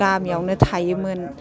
गामियावनो थायोमोन